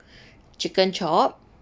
chicken chop